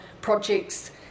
projects